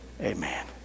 Amen